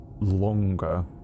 longer